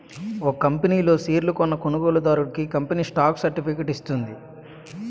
ఒక కంపనీ లో షేర్లు కొన్న కొనుగోలుదారుడికి కంపెనీ స్టాక్ సర్టిఫికేట్ ఇస్తుంది